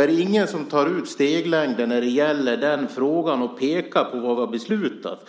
Är det ingen som tar ut steglängden när det gäller den frågan och pekar på vad vi har beslutat